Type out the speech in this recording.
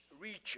region